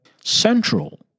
Central